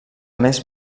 més